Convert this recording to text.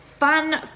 fun